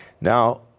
Now